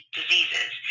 diseases